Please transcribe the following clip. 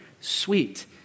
sweet